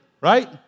right